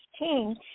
16